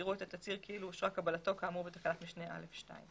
יראו את התצהיר כאילו אושרה קבלתו כאמור בתקנת משנה (א2)".